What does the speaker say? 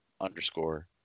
underscore